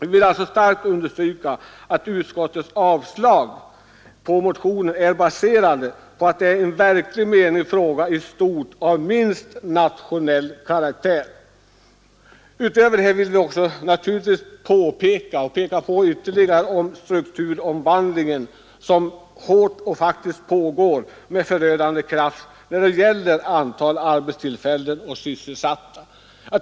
Jag vill alltså starkt understryka att utskottets avstyrkande av motionen är baserat på att det är en verkligt stor fråga, en fråga av nationell karaktär. Vi vill naturligtvis också peka på strukturomvandlingen, som faktiskt pågår och med förödande kraft påverkar antalet arbetstillfällen.